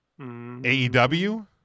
AEW